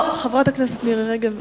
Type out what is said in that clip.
חברת הכנסת מירי רגב,